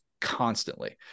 constantly